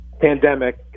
pandemic